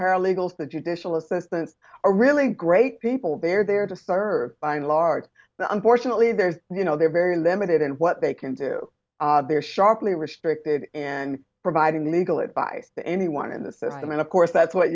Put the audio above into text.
paralegals the judicial assistant are really great people they're there to serve by and large but unfortunately there's you know they're very limited in what they can do they're sharply restricted and providing legal aid by anyone in the system and of course that's what